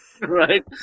right